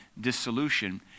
dissolution